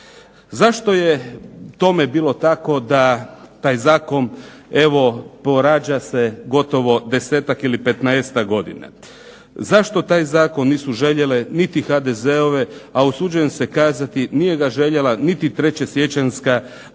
Zašto je tome bilo tako da taj zakon evo porađa se gotovo 10-tak li 15-tak godina, zašto taj zakon nisu željele niti HDZ-ove, a usuđujem se kazati nije ga željela niti 3. siječanjska